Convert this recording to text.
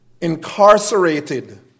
incarcerated